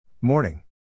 Morning